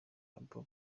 abouba